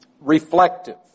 reflective